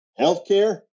healthcare